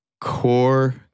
core